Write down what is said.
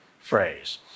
phrase